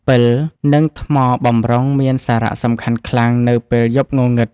ពិល និងថ្មបម្រុងមានសារៈសំខាន់ខ្លាំងនៅពេលយប់ងងឹត។